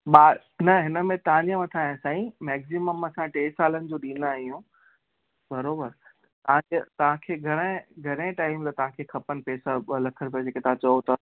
ॿार न हिन में तव्हांजे मथां आहे साईं मैग़्ज़ीमम असां टे सालनि जो ॾींदा आहियूं बराबरि तव्हांजे तव्हांखे घणें घणें टाइम लाइ तव्हांखे खपनि पेसा ॿ लख रुपिया जेके तव्हां चओ था